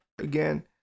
again